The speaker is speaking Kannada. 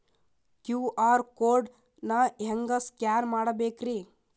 ಕ್ಯೂ.ಆರ್ ಕೋಡ್ ನಾ ಹೆಂಗ ಸ್ಕ್ಯಾನ್ ಮಾಡಬೇಕ್ರಿ?